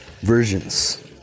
versions